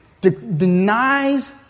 denies